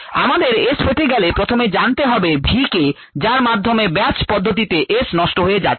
আমাদের s পেতে গেলে প্রথমে জানতে হবে v কে যার মাধ্যমে ব্যাচ পদ্ধতিটিতে s নষ্ট হয়ে যাচ্ছে